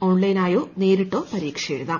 ഓൺലൈനായോ നേരിട്ടോ പരീക്ഷ എഴുതാം